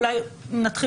אולי נתחיל